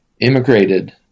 immigrated